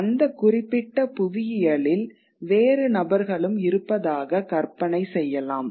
அந்த குறிப்பிட்ட புவியியலில் வேறு நபர்களும் இருப்பதாக கற்பனை செய்யலாம்